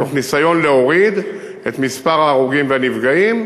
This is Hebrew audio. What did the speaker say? בניסיון להוריד את מספר ההרוגים והנפגעים.